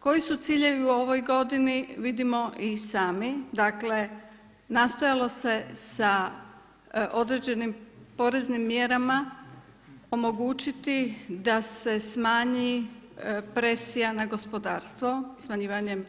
Koji su ciljevi u ovoj godini vidimo i sami, dakle nastojalo se sa određenim poreznim mjerama omogućiti da se smanji presija na gospodarstvo smanjivanjem